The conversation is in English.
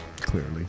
clearly